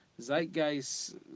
Zeitgeist